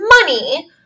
money